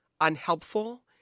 unhelpful